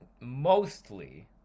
mostly